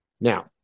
Now